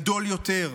גדול יותר,